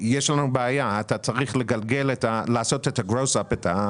שיש לנו בעיה, אתה צריך לעשות את ה-גרוס אפ.